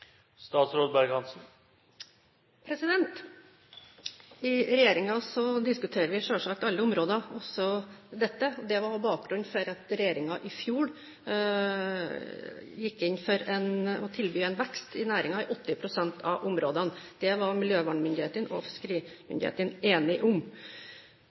I regjeringen diskuterer vi selvsagt alle områder, også dette. Det var også bakgrunnen for at regjeringen i fjor gikk inn for å tilby en vekst i næringen i 80 pst. av områdene. Det var miljøvernmyndighetene og fiskerimyndighetene enige om.